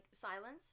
silence